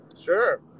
Sure